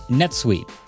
netsuite